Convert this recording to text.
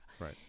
Right